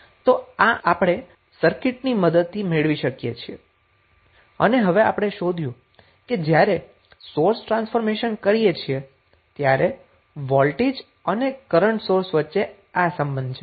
તો આ આપણે સર્કિટની મદદથી મેળવી શકીએ છીએ અને હવે આપણે શોધ્યું છે કે જ્યારે સોર્સ ટ્રાન્સફોર્મેશન કરીએ છીએ ત્યારે વોલ્ટેજ અને કરન્ટ સોર્સ વચ્ચે આ સંબંધ છે